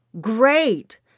great